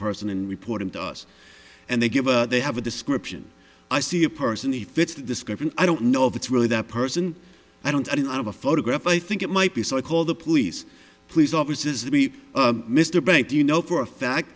person and report him to us and they give or they have a description i see a person he fits the description i don't know if it's really that person i don't have a photograph i think it might be so i call the police police officers to be mr bank do you know for a fact